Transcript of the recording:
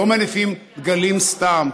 לא מניפים דגלים סתם.